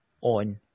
on